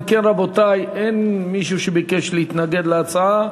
אם כן, רבותי, אין מישהו שביקש להתנגד להצעה.